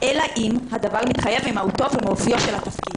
אלא אם הדבר מתחייב ממהותו ומאופיו של התפקיד.